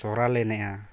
ᱥᱚᱨᱦᱟᱭᱞᱮ ᱮᱱᱮᱡᱼᱟ